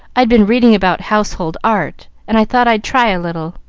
i'd been reading about household art and i thought i'd try a little,